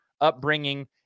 upbringing